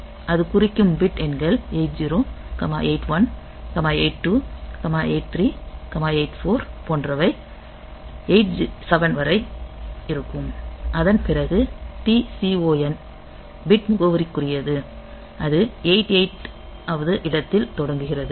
அது குறிக்கும் பிட் எண்கள் 80 81 82 83 84 போன்றவை 87 வரை இருக்கும் அதன் பிறகு TCON பிட் முகவரிக்குரியது அது 88 வது இடத்தில் தொடங்குகிறது